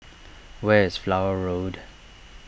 where is Flower Road